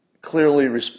clearly